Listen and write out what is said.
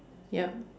ya